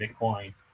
Bitcoin